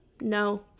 no